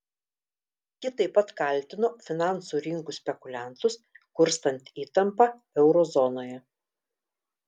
ji taip pat kaltino finansų rinkų spekuliantus kurstant įtampą euro zonoje